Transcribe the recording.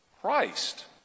Christ